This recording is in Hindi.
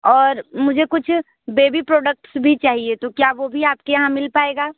और मुझे कुछ बेबी प्रोडक्ट्स भी चाहिए तो क्या वह भी आपके यहाँ मिल पाएगा